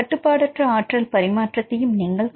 கட்டுப்பாடற்ற ஆற்றல் பரிமாற்றத்தையும் நீங்கள் கணக்கிடலாம்